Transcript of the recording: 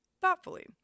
thoughtfully